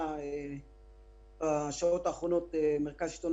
אתה יודע מה עשו עם מיליוני פרחים?